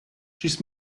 ĝis